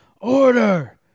Order